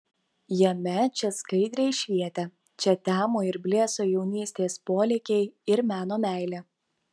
jame čia skaidriai švietė čia temo ir blėso jaunystės polėkiai ir meno meilė